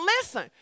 listen